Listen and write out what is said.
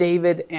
David